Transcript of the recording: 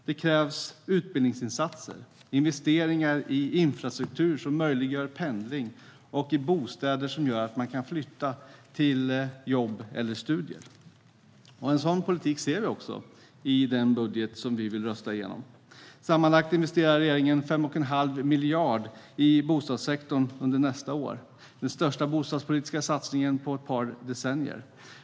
Det krävs utbildningsinsatser, och det krävs investeringar både i infrastruktur som möjliggör pendling och i bostäder som gör att människor kan flytta till jobb eller studier. Och sådan politik ser vi också i den budget som vi vill rösta igenom. Sammanlagt investerar regeringen 5 1⁄2 miljard i bostadssektorn under nästa år. Det är den största bostadspolitiska satsning som har gjorts på ett par decennier.